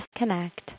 disconnect